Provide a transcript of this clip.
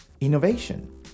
innovation